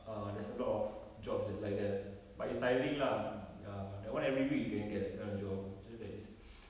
err there's a lot of jobs tha~ like that but it's tiring lah ya that one every week you can get that kind of job just that it's